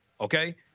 okay